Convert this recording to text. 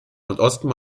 nordosten